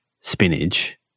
spinach